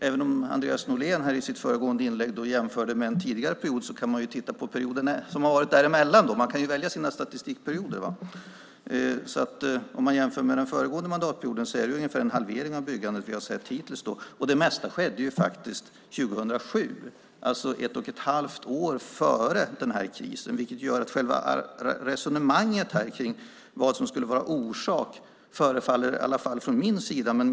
Även om Andreas Norlén i sitt föregående inlägg jämförde med en tidigare period kan man titta på perioden som var däremellan. Man kan ju välja sina statistikperioder. Om man jämför med den föregående mandatperioden är det ungefär en halvering av byggandet som vi har sett hittills. Och det mesta skedde faktiskt 2007, alltså ett och ett halvt år före finanskrisen, vilket gör att själva resonemanget om vad som skulle vara orsak förefaller, i alla fall för mig, att inte stämma.